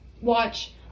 watch